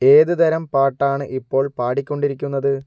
ഏത് തരം പാട്ടാണ് ഇപ്പോള് പാടികൊണ്ടിരിക്കുന്നത്